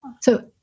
So-